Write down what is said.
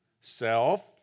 self